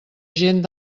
gent